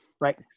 right